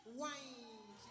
wine